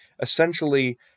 essentially